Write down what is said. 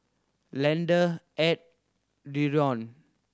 Leander Edd Dereon